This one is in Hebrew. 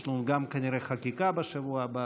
יש לנו גם כנראה חקיקה בשבוע הבא,